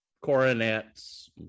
coronets